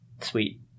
sweet